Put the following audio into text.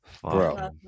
Bro